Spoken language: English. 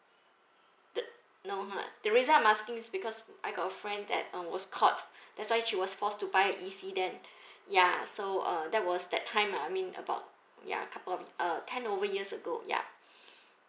the no ha the reason I'm asking is because I got a friend that um was caught that's why she was forced to buy an E_C then ya so uh that was the time I mean about ya couple of uh ten over years ago ya